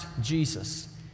Jesus